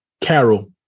Carol